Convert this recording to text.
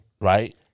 right